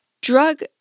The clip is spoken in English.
drug